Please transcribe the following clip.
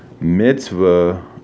Mitzvah